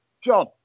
John